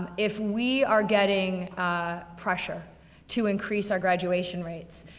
if we are getting ah pressure to increase our graduation rates,